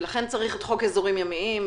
ולכן צריך את חוק אזורים ימיים,